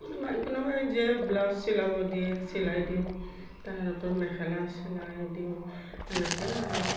কোনোবাই কোনোবাই যে ব্লাউজ চিলাব দিয়ে চিলাই দিওঁ তাৰোপৰি মেখেলা চিলাই দিওঁ এনেকৈ আৰু